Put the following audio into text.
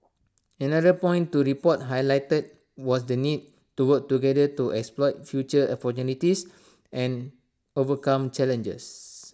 another point to the report highlighted was the need to work together to exploit future opportunities and overcome challenges